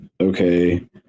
Okay